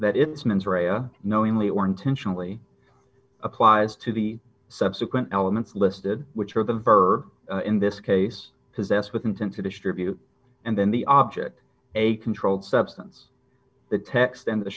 rea knowingly or intentionally applies to the subsequent elements listed which are the verb in this case possessed with intent to distribute and then the object a controlled substance the text and the